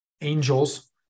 angels